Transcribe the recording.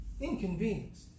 inconvenience